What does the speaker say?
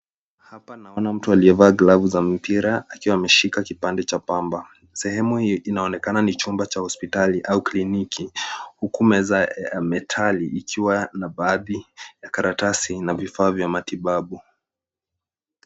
Hapa naona mtu aliyavaa glavu za mipira, akiwa ameshika kipande cha pamba. Sehemu inaonekana ni chumba cha hospitali au kliniki, huku meza ya metali ikiwa na baadhi ya karatasi na vifaa vya matibabu.